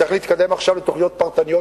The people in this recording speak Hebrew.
צריך להתקדם עכשיו לתוכניות פרטניות